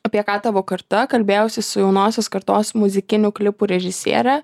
apie ką tavo karta kalbėjausi su jaunosios kartos muzikinių klipų režisiere